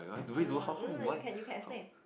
oh no no no no you can you can explain